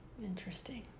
interesting